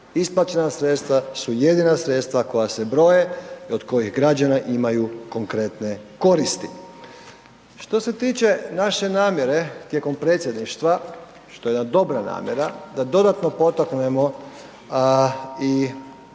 Isplaćena sredstva su jedina sredstva koja se broje i od kojih građani imaju konkretne koristi. Što se tiče naše namjere tijekom predsjedništva što je jedna dobra namjera da dodatno potaknemo i